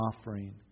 offering